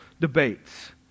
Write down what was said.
debates